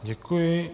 Děkuji.